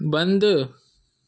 बंदि